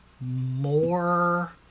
more